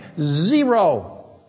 Zero